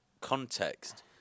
context